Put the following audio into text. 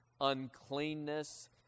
uncleanness